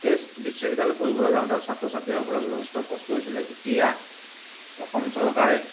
এই বিশ্ববিদ্যালয়ত পঢ়িবলৈ যাওঁতে ছাত্ৰ ছাত্ৰীসকলৰ যথেষ্ট কষ্ট হৈছিলে এতিয়া অসম চৰকাৰে